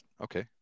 Okay